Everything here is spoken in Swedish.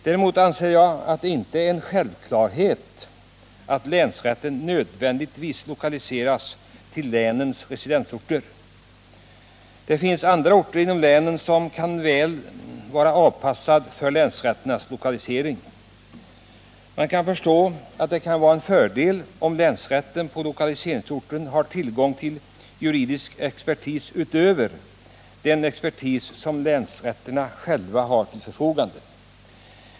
Däremot anser jag att det inte är en självklarhet att länsrätten lokaliseras till länens residensorter. Det finns andra orter inom länen som kan vara väl så lämpade för länsrätternas lokalisering. Man kan förstå att det kan vara en fördel om länsrätten på lokaliseringsorten har tillgång till juridisk expertis förutom den som länsrätten själv har till förfogande.